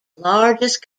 largest